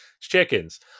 chickens